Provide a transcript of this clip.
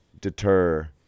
deter